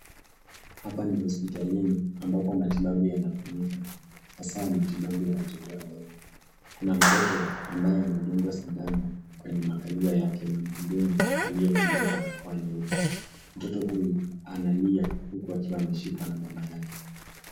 Hapa ni hospitalini ambapo matibabu yanafanyika, hasa matibabu ya watoto wadogo. Kuna mtoto ambaye anadungwa sindano kwenye makalio yake na mhudumu aliyevalia barakoa nyeupe. Mtoto huyu analia huku akiwa ameshikwa na mama yake.